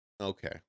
Okay